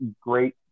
great